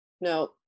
No